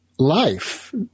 Life